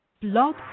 Blog